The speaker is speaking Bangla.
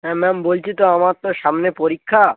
হ্যাঁ ম্যাম বলছি তো আমার তো সামনে পরীক্ষা